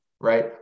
Right